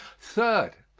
third,